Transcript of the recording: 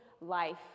life